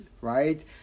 right